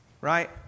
Right